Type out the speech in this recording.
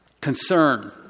concern